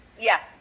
Yes